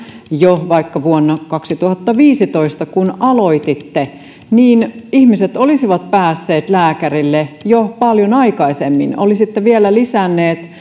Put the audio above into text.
jo vuonna kaksituhattaviisitoista kun aloititte niin ihmiset olisivat päässeet lääkärille jo paljon aikaisemmin olisitte vielä lisänneet